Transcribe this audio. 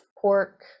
pork